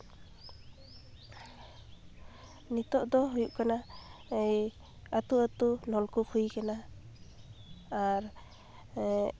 ᱱᱤᱛᱳᱜ ᱫᱚ ᱦᱩᱭᱩᱜ ᱠᱟᱱᱟ ᱟᱛᱳ ᱟᱛᱳ ᱱᱚᱞᱠᱩᱯ ᱦᱩᱭ ᱠᱟᱱᱟ ᱟᱨ